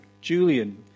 Julian